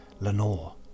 Lenore